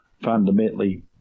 fundamentally